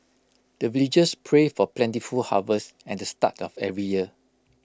the villagers pray for plentiful harvest at the start of every year